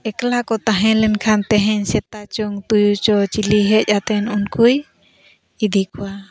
ᱮᱠᱞᱟ ᱠᱚ ᱛᱟᱦᱮᱸ ᱞᱮᱱᱠᱷᱟᱱ ᱛᱮᱦᱮᱧ ᱥᱮᱛᱟᱪᱚᱝ ᱛᱩᱭᱩ ᱪᱚᱝ ᱪᱤᱞᱤ ᱦᱮᱡ ᱠᱟᱛᱮ ᱩᱱᱠᱩᱭ ᱤᱫᱤ ᱠᱚᱣᱟ